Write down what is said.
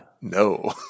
No